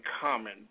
common